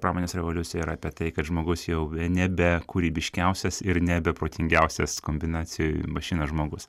pramonės revoliucija yra apie tai kad žmogus jau nebe kūrybiškiausias ir nebe protingiausias kombinacijoj mašina žmogus